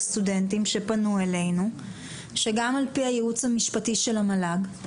לסטודנטים שפנו אלינו שגם על פי הייעוץ המשפטי של המל"ג,